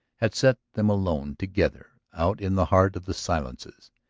had set them alone together out in the heart of the silences,